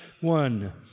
one